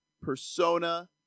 Persona